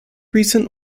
recent